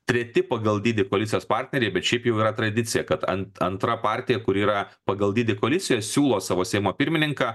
treti pagal dydį koalicijos partneriai bet šiaip jau yra tradicija kad ant antra partija kuri yra pagal dydį koalicijoj siūlo savo seimo pirmininką